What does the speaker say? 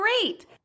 great